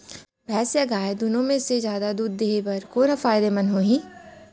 भैंस या गाय दुनो म से जादा दूध देहे बर कोन ह फायदामंद होही?